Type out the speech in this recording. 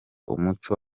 umuco